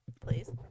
please